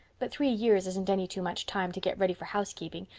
but three years isn't any too much time to get ready for housekeeping,